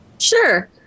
Sure